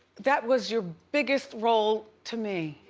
that was your biggest role to me.